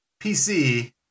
PC